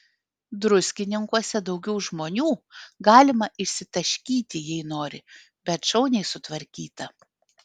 druskininkuose daugiau žmonių galima išsitaškyti jei nori bet šauniai sutvarkyta